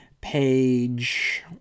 page